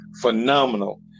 phenomenal